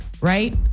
right